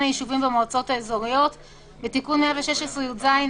היישובים במועצות האזוריות"; בתיקון 116יז(א),